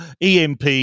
EMP